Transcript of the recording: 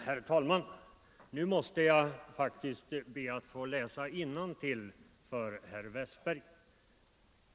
Herr talman! Nu måsta jag faktiskt be att få läsa innantill för herr Westberg i Ljusdal.